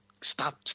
stop